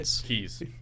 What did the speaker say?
keys